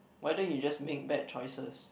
why don't you just make bad choices